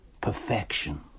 Perfection